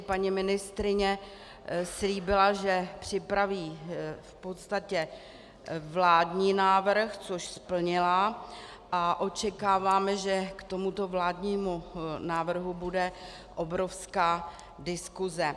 Paní ministryně slíbila, že připraví vládní návrh, což splnila, a očekáváme, že k tomuto vládnímu návrhu bude obrovská diskuse.